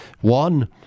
one